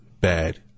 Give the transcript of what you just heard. bad